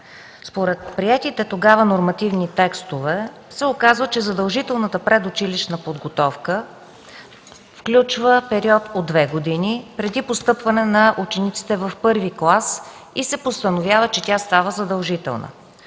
Според приетите тогава нормативни текстове се оказва, че задължителната предучилищна подготовка включва период от две години преди постъпването на учениците в първи клас и се постановява, че тя става задължителна.